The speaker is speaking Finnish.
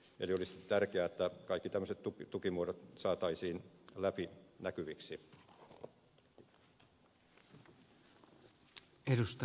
eli olisi tärkeää että kaikki tämmöiset tukimuodot saataisiin läpinäkyviksi